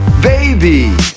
baby